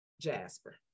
Jasper